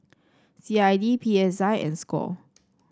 C I D P S I and Score